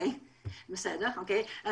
יקבל